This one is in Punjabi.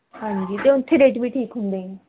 ਹਾਂਜੀ ਅਤੇ ਉੱਥੇ ਰੇਟ ਵੀ ਠੀਕ ਹੁੰਦੇ ਹੈ